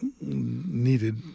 Needed